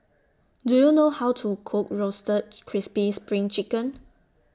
Do YOU know How to Cook Roasted Crispy SPRING Chicken